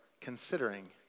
considering